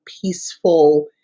peaceful